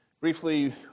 briefly